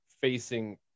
facing